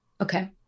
Okay